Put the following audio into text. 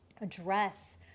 address